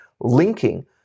Linking